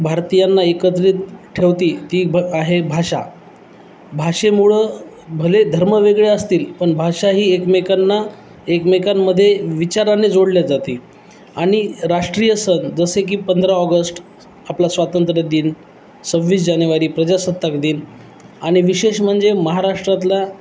भारतीयांना एकत्रित ठेवती ती भ आहे भाषा भाषेमुळं भले धर्म वेगळे असतील पण भाषा ही एकमेकांना एकमेकांमध्येे विचाराने जोडल्या जाते आणि राष्ट्रीय सण जसे की पंधरा ऑगस्ट आपला स्वातंत्र्य दिन सव्वीस जानेवारी प्रजासत्ताक दिन आणि विशेष म्हणजे महाराष्ट्रातला